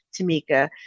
Tamika